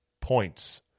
points